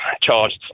charged